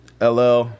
LL